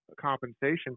Compensation